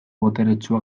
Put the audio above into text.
boteretsua